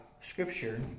Scripture